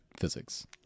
physics